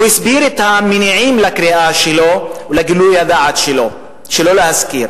הוא הסביר את המניעים לקריאה שלו ולגילוי הדעת שלו שלא להשכיר.